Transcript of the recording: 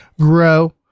grow